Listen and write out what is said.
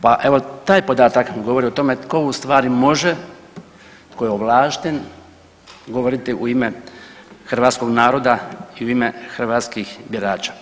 Pa evo taj podatak govori o tome tko ustvari može, tko je ovlašten govoriti u ime hrvatskog naroda i u ime hrvatskih birača.